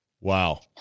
Wow